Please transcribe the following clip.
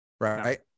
Right